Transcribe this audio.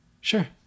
sure